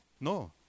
No